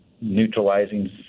neutralizing